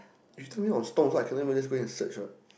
you tell me on Stomp I cannot even just go and search what